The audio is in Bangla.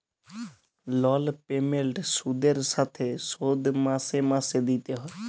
লল পেমেল্ট সুদের সাথে শোধ মাসে মাসে দিতে হ্যয়